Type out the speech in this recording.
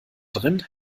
drin